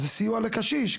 זה סיוע לקשיש,